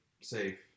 Safe